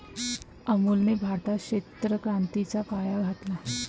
अमूलने भारतात श्वेत क्रांतीचा पाया घातला